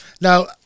Now